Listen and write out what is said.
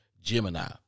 Gemini